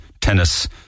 Tennis